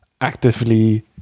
actively